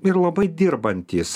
ir labai dirbantys